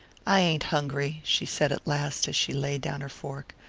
i ain't hungry, she said at last as she laid down her fork.